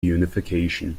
reunification